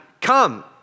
come